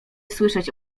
słyszeć